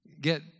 get